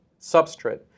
substrate